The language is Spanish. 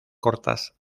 cortas